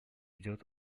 идет